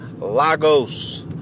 Lagos